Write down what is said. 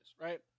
right